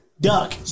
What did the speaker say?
duck